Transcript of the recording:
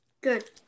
Good